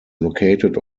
located